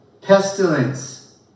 pestilence